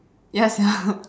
ya sia